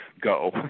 go